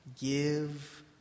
give